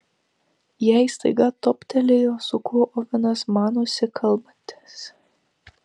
jai staiga toptelėjo su kuo ovenas manosi kalbantis